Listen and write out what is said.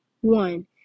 One